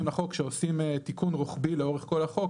לחוק כשעושים תיקון רוחבי לאורך כל החוק,